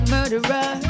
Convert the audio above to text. Murderer